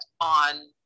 on